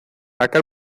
aquel